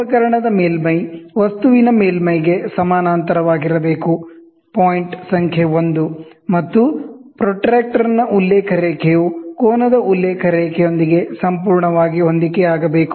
ಉಪಕರಣದ ಮೇಲ್ಮೈ ವಸ್ತುವಿನ ಮೇಲ್ಮೈಗೆ ಸಮಾನಾಂತರವಾಗಿರಬೇಕು ಪಾಯಿಂಟ್ ಸಂಖ್ಯೆ 1 ಮತ್ತು ಪ್ರೊಟ್ರಾಕ್ಟರ್ನ ಉಲ್ಲೇಖ ರೇಖೆಯು ಕೋನದ ಉಲ್ಲೇಖ ರೇಖೆಯೊಂದಿಗೆ ಸಂಪೂರ್ಣವಾಗಿ ಹೊಂದಿಕೆಯಾಗಬೇಕು